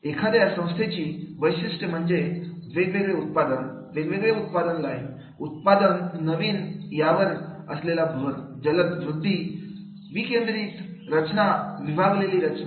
एखाद्या संस्थेची वैशिष्ट्य म्हणजे वेगवेगळे उत्पाद वेगवेगळे उत्पादन लाईन उत्पादन नावीन्य यावर असलेला भर जलद वृद्धि विकेंद्रित रचना विभागलेली रचना